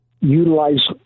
utilize